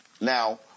Now